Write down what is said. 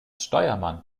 steuermann